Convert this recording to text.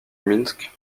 minsk